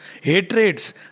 hatreds